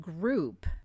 group